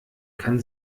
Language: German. kann